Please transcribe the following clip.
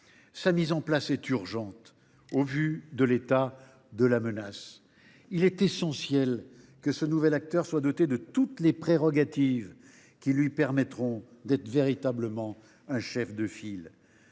Sa mise en place est urgente au vu de l’état de la menace. Il est essentiel que ce nouvel acteur soit doté de toutes les prérogatives qui lui permettront d’être véritablement un chef de file.